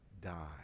die